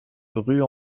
rue